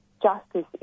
justice